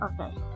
Okay